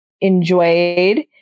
Enjoyed